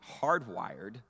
hardwired